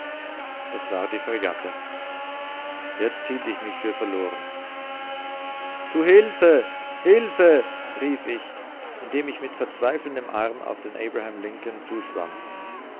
es war die fregatte jetzt hielt ich mich für verloren zu hilfe hilfe rief ich indem ich mit verzweifelndem arm auf den abraham lincoln zuschwamm